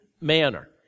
manner